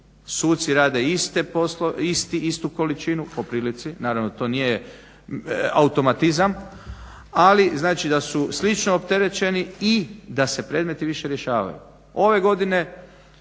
suci rade istu količinu po prilici. Naravno to nije automatizam. Ali znači da su slično opterećeni i da se predmeti više rješavaju. Ove godine